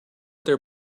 their